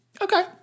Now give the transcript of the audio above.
Okay